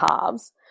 halves